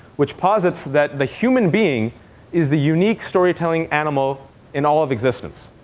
which posits that the human being is the unique storytelling animal in all of existence.